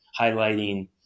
highlighting